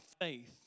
faith